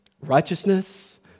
Righteousness